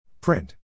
Print